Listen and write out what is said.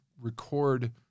record